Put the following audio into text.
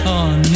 on